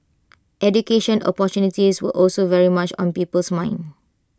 education opportunities were also very much on people's minds